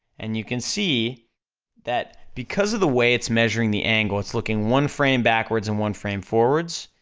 and you can see that, because of the way it's measuring the angle, it's looking one frame backwards and one frame forwards,